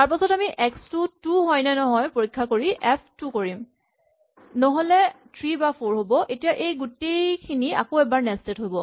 তাৰপাছত আমি এক্স টো টু হয় নে নহয় পৰীক্ষা কৰি এফ টু কৰিম নহ'লে থ্ৰী বা ফ'ৰ হ'ব এতিয়া এই গোটেইখিনি আকৌ এবাৰ নেস্টেড হ'ব